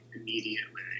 immediately